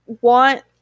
want